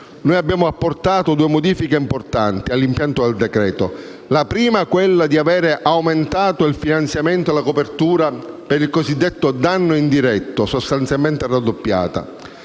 Noi abbiamo apportato due modifiche importanti all'impianto del decreto-legge. La prima prevede l'aumento del finanziamento e la copertura per il cosiddetto danno indiretto, sostanzialmente raddoppiata.